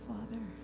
Father